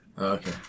Okay